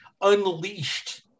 unleashed